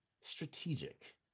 strategic